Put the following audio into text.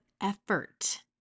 effort